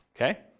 okay